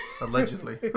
Allegedly